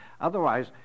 Otherwise